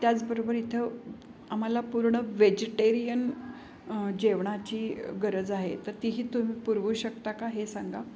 त्याचबरोबर इथं आम्हाला पूर्ण वेजिटेरियन जेवणाची गरज आहे तर तीही तुम्ही पुरवू शकता का हे सांगा